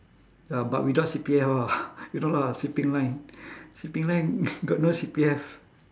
ya but without C_P_F ah you know lah shipping line shipping line got no C_P_F